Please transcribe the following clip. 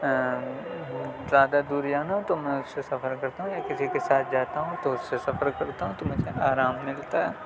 زیادہ دور جانا ہو تو میں اس سے سفر کرتا ہوں یا کسی کے ساتھ جاتا ہوں تو اس سے سفر کرتا ہوں تو مجھے آرام ملتا ہے